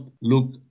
look